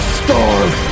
starve